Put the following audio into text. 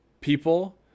people